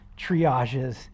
triages